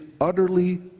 utterly